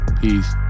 peace